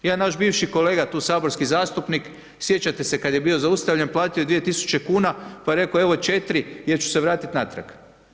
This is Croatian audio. Jedan naš bivši kolega tu, saborski zastupnik, sjećate se kad je bio zaustavljen, platio je 2 tisuće kuna, pa je rekao evo 4 jer ću se vratit natrag.